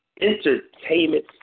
entertainment